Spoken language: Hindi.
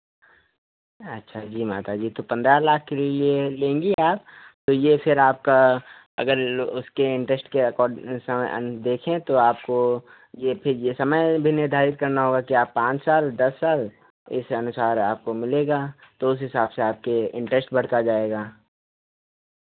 अच्छा जी माता जी तो पन्द्रह लाख के लिए लेंगी आप तो ये फिर आपका अगर उसके इन्टरेस्ट के अकोर्ड समय देखें तो आपको ये फिर ये समय भी निर्धारित करना होगा कि आप पाँच साल दस साल इस अनुसार आपको मिलेगा तो उस हिसाब से आपके इन्टरेस्ट बढ़ता जाएगा